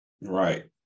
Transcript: Right